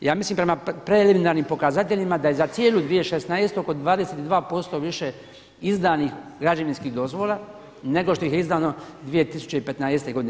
Ja mislim prema preliminarnim pokazateljima da je za cijelu 2016. oko 22% više izdanih građevinskih dozvola nego što ih je izdano 2015. godine.